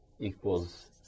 equals